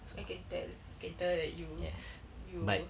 I can tell I can tell that you you